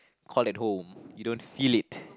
call at home you don't feel it